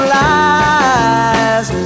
lies